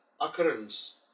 occurrence